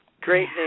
great